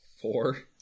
Four